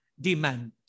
demand